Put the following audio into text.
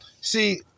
See